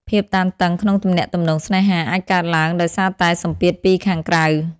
ភាពតានតឹងក្នុងទំនាក់ទំនងស្នេហា អាចកើតឡើងដោយសារតែសម្ពាធពីខាងក្រៅ។